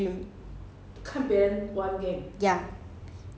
the M_L_B_B the le~ mobile legend